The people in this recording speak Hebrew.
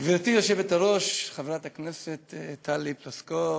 גברתי היושבת-ראש חברת הכנסת טלי פלוסקוב,